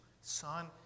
Son